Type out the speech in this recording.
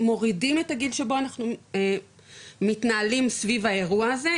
מורידים את הגיל שבו מתנהלים סביב האירוע הזה,